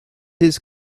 his